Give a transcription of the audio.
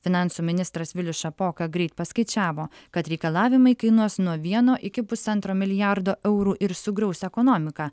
finansų ministras vilius šapoka greit paskaičiavo kad reikalavimai kainuos nuo vieno iki pusantro milijardo eurų ir sugriaus ekonomiką